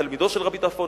תלמידו של רבי טרפון,